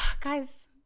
guys